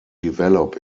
develop